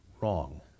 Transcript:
wrong